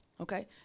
okay